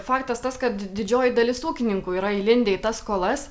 faktas tas kad didžioji dalis ūkininkų yra įlindę į tas skolas